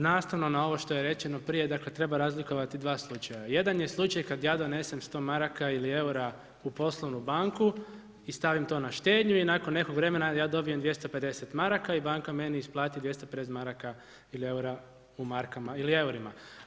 Nastavno na ovo što je rečeno prije, dakle treba razlikovati dva slučaja, jedan je slučaj kad ja donesem 100 maraka ili eura u poslovnu banku i stavim to na štednju i nakon nekog vremena ja dobijem 250 maraka i banka meni isplati 250 maraka ili eura u markama ili eurima.